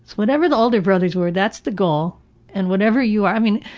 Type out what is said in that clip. whatever the older brothers were that's the goal and whatever you're. i mean,